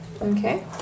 Okay